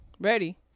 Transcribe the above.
ready